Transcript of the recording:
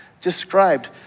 described